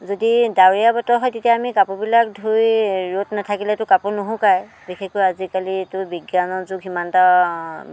যদি ডাৱৰীয়া বতৰ হয় তেতিয়া আমি কাপোৰবিলাক ধুই ৰ'দ নেথাকিলেতো কাপোৰ নুশুকায় বিশেষকৈ আজিকালিতো বিজ্ঞানৰ যুগ সিমান এটা